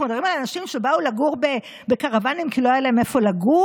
אנחנו מדברים על אנשים שבאו לגור בקרוואנים כי לא היה להם איפה לגור?